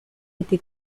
été